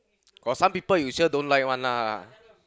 got some people you sure don't like one lah